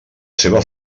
seva